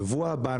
שבוע הבא,